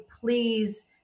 please